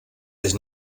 sich